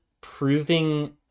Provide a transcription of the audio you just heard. proving